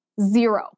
Zero